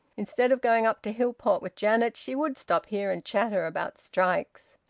instead of going up to hillport with janet, she would stop here and chatter about strikes.